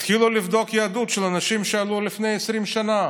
התחילו לבדוק יהדות של אנשים שעלו לפני 20 שנה.